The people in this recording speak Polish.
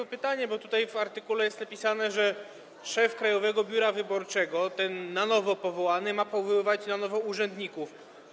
Mam pytanie, bo tutaj w artykule jest napisane, że szef Krajowego Biura Wyborczego, ten na nowo powołany, ma powoływać na nowo urzędników.